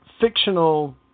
fictional